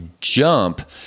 jump